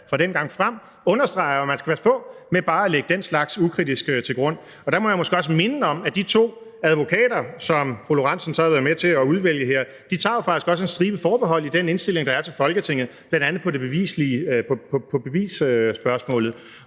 fra dengang frem, understreger, at man skal passe på med bare at lægge den slags ukritisk til grund. Der må man måske også minde om, at de to advokater, som fru Karina Lorentzen Dehnhardt har været med til at udvælge, jo også tager en stribe forbehold i den indstilling, der er til Folketinget, bl.a. på bevisspørgsmålet.